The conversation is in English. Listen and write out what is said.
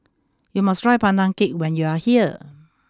you must try pandan cake when you are here